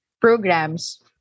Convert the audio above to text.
programs